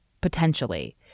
potentially